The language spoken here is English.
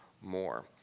more